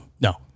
No